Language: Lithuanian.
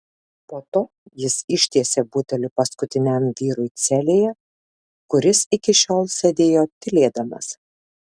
po to jis ištiesė butelį paskutiniam vyrui celėje kuris iki šiol sėdėjo tylėdamas